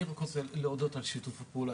אני באמת רוצה להודות על שיתוף הפעולה,